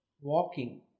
walking